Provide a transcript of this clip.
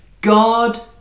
God